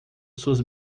suas